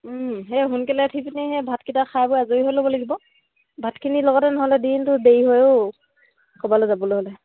সেই সোনকালে উঠি পিনি সেই ভাতকিটা খাই বৈ আজৰি হৈ ল'ব লাগিব ভাতখিনি লগতে নহ'লে দিনটো দেৰি হয়ও ক'বাল যাবলৈ হ'লে